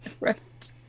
right